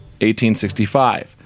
1865